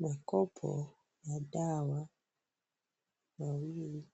Makopo ya dawa mawili